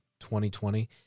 2020